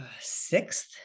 sixth